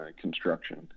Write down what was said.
construction